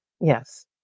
Yes